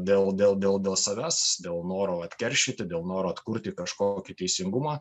dėl dėl dėl dėl savęs dėl noro atkeršyti dėl noro atkurti kažkokį teisingumą